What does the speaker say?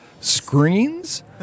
screens